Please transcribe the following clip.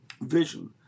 vision